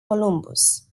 columbus